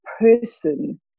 person